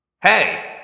Hey